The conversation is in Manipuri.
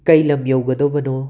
ꯀꯩ ꯂꯝ ꯌꯧꯒꯗꯧꯕꯅꯣ